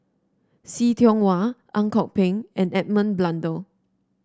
See Tiong Wah Ang Kok Peng and Edmund Blundell